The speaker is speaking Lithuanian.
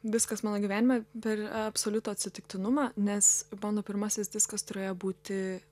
viskas mano gyvenime per absoliutų atsitiktinumą nes mano pirmasis diskas turėjo būti